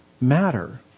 matter